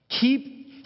Keep